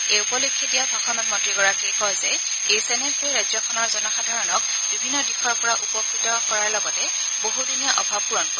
এই উপলক্ষে দিয়া ভাষণত মন্নীগৰাকীয়ে কয় যে এই চেনেলটোৱে ৰাজ্যখনৰ জনসাধাৰণক বিভিন্ন দিশৰ পৰা উপকৃত কৰাৰ লগতে বহুদিনীয়া অভাৱ পূৰণ কৰিব